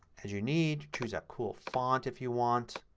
as you need. choose a cool font if you want.